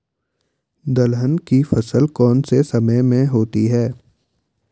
दलहन की फसल कौन से समय में होती है?